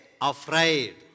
afraid